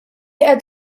qed